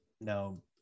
No